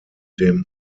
dem